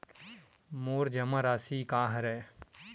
मोर जमा राशि का हरय?